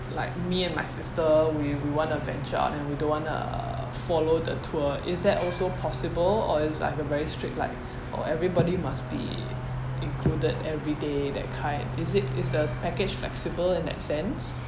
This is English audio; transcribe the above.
like me and my sister we we want to venture out and we don't want to follow the tour is that also possible or it's like a very strict like oh everybody must be included everyday that kind is it is the package flexible in that sense